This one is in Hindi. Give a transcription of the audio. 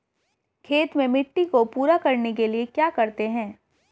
खेत में मिट्टी को पूरा करने के लिए क्या करते हैं?